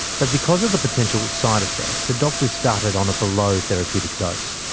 but because of the potential side-effects, her doctors started on a below therapeutic dose.